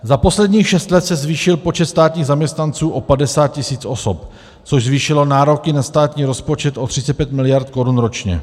Za posledních šest let se zvýšil počet státních zaměstnanců o 50 tis. osob, což zvýšilo nároky na státní rozpočet o 35 mld. korun ročně.